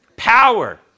power